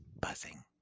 buzzing